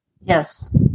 Yes